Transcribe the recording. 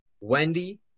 Wendy